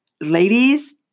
Ladies